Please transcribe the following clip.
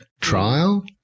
trial